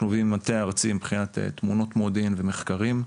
אנחנו במטה הארצי מבחינת תמונות מודיעין ומחקרים,